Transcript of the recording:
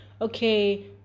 okay